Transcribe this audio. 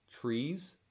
trees